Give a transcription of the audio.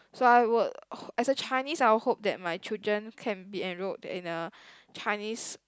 so I would as a Chinese I will hope that my children can be enrolled in a Chinese